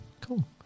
Cool